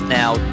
now